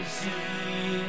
see